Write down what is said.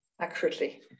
accurately